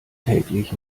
täglich